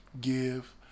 give